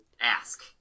ask